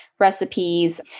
recipes